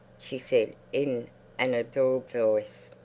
she said in an absorbed voice.